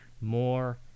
more